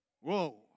Whoa